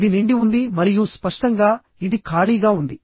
ఇది నిండి ఉంది మరియు స్పష్టంగా ఇది ఖాళీగా ఉంది